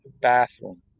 bathroom